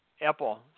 Apple